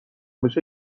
بشه